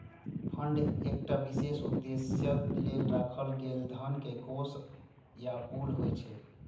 fund एकटा विशेष उद्देश्यक लेल राखल गेल धन के कोष या पुल होइ छै